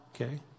okay